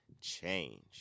CHANGE